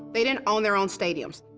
they didn't own their own stadiums.